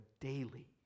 daily